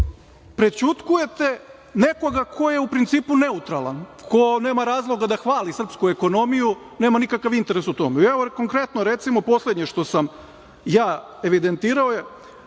prećutkujete nekoga ko je u principu neutralan, ko nema razloga da hvali srpsku ekonomiju, nema nikakav interes u tome. Evo, konkretno, recimo, poslednje što sam evidentirao je